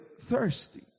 thirsty